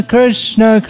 Krishna